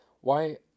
Why